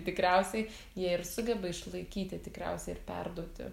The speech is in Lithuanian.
tikriausiai jie ir sugeba išlaikyti tikriausiai ir perduoti